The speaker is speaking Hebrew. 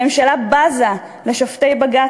הממשלה בזה לשופטי בג"ץ,